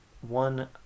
one